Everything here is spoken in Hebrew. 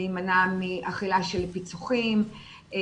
להימנע מאכילה של פיצוחים,